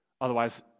Otherwise